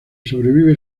sobrevive